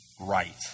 right